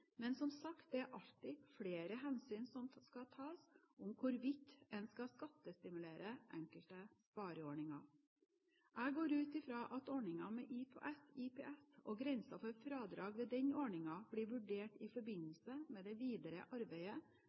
Men, som sagt, det er alltid flere hensyn som skal tas om hvorvidt en skal skattestimulere enkelte spareordninger. Jeg går ut fra at ordningen med IPS og grensen for fradrag ved den ordningen blir vurdert i forbindelse med det videre arbeidet